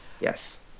Yes